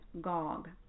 Gog